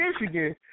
Michigan